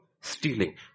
stealing